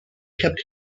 kept